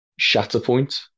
Shatterpoint